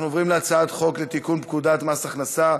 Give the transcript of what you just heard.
אנחנו עוברים להצעת חוק לתיקון פקודת מס הכנסה,